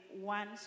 one